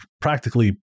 practically